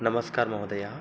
नमस्कारः महोदय